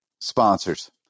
Sponsors